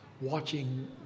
watching